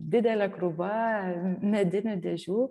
didelė krūva medinių dėžių